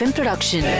Production